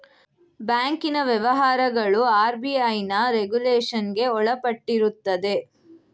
ಬ್ಯಾಂಕಿನ ವ್ಯವಹಾರಗಳು ಆರ್.ಬಿ.ಐನ ರೆಗುಲೇಷನ್ಗೆ ಒಳಪಟ್ಟಿರುತ್ತದೆ